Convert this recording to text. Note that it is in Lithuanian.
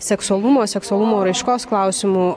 seksualumo seksualumo raiškos klausimu